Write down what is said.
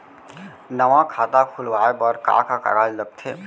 नवा खाता खुलवाए बर का का कागज लगथे?